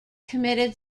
committed